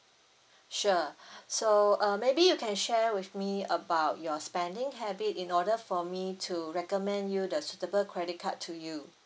sure so uh maybe you can share with me about your spending habit in order for me to recommend you the suitable credit card to you